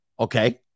Okay